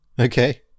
Okay